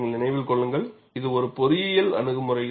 நீங்கள் நினைவில் கொள்ளுங்கள் இது ஒரு பொறியியல் அணுகுமுறை